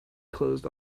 closed